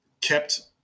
kept